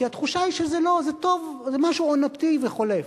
כי התחושה היא שזה משהו עונתי וחולף.